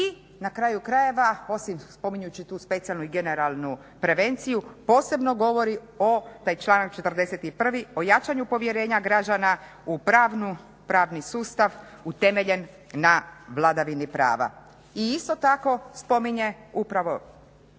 i na kraju krajeva osim spominjući tu specijalnu i generalnu prevenciju posebno govori taj članak 41. o jačanju povjerenja građana u pravni sustav utemeljen na vladavini prava. I isto tako spominje upravo